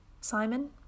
simon